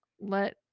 let